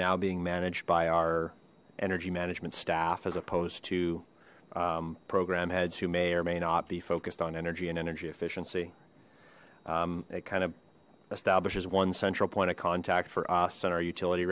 now being managed by our energy management staff as opposed to program heads who may or may not be focused on energy and energy efficiency it kind of establishes one central point of contact for us and our utility